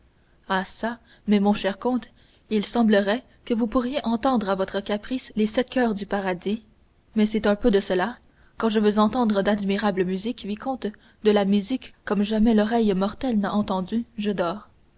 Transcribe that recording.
ah çà mais mon cher comte il semblerait que vous pourriez entendre à votre caprice les sept choeurs du paradis mais c'est un peu de cela quand je veux entendre d'admirable musique vicomte de la musique comme jamais l'oreille mortelle n'en a entendu je dors